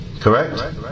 Correct